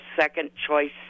second-choice